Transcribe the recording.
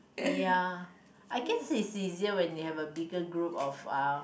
ya I guess is easier when you have a bigger group of uh